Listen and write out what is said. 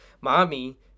Mommy